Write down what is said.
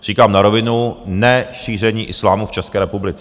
Říkám na rovinu, ne šíření islámu v České republice.